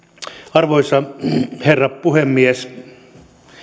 arvoisa herra puhemies